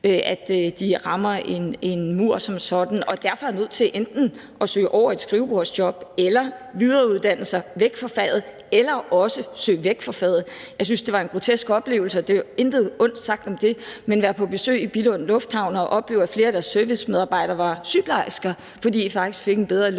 at de rammer en mur som sådan og derfor er nødt til enten at søge over i et skrivebordsjob eller videreuddanne sig væk fra faget eller også søge væk fra faget. Jeg synes, det var en grotesk oplevelse – og intet ondt sagt om det – at være på besøg i Billund Lufthavn og opleve, at flere af deres servicemedarbejdere var sygeplejersker, fordi de faktisk fik en bedre løn